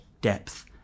depth